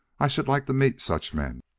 i should like to meet such men.